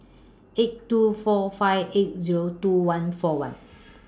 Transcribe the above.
eight two four five eight Zero two one four one